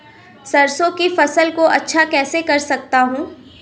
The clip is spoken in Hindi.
सरसो की फसल को अच्छा कैसे कर सकता हूँ?